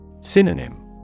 Synonym